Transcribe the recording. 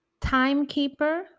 timekeeper